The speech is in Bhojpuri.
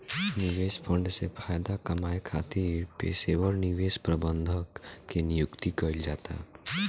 निवेश फंड से फायदा कामये खातिर पेशेवर निवेश प्रबंधक के नियुक्ति कईल जाता